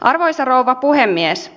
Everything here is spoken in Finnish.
arvoisa rouva puhemies